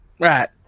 Right